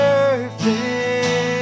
Perfect